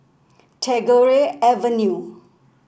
Tagore Avenue